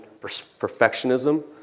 perfectionism